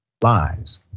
lies